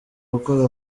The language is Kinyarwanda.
gukora